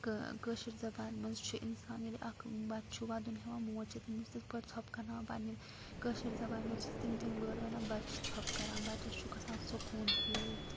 کٲشِر زَبانہِ مَنٛز تہِ چھُ اِنسان ییٚلہِ اَکھ بَچہٕ چھُ وَدُن ہیٚوان موج چھِ تٔمِس تِتھ پٲٹھۍ ژھۄپہٕ کرناوان پَننہِ کٲشِر زَبانہِ مَنٛز چھیٚس تِم تِم وٲرڈ وَنان بَچہٕ چھُ ژھۄپہٕ کَران بَچیٚس چھُ گژھان سکوٗن فیٖل تہٕ